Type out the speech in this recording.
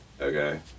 okay